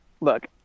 look